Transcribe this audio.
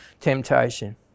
temptation